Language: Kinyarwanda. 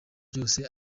byose